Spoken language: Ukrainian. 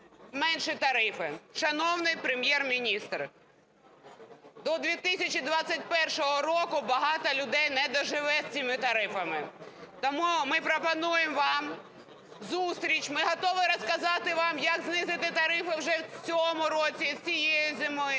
менші тарифи. Шановний Прем'єр-міністр, до 2021 року багато людей не доживе з цими тарифами. Тому ми пропонуємо вам зустріч. Ми готові розказати вам, як знизити тарифи вже в цьому році, цієї зими